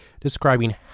describing